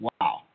Wow